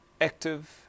active